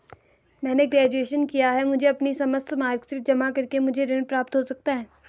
मैंने ग्रेजुएशन किया है मुझे अपनी समस्त मार्कशीट जमा करके मुझे ऋण प्राप्त हो सकता है?